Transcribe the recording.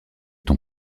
ton